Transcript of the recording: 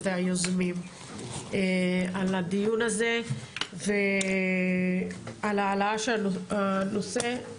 היוזמים על הדיון הזה ועל ההעלאה של הנושא.